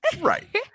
right